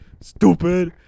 stupid